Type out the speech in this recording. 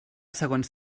segons